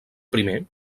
primer